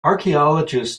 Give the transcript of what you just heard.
archaeologists